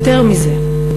יותר מזה,